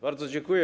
Bardzo dziękuję.